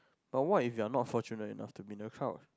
but what if you are not fortunate enough to be in a crowd